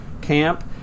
camp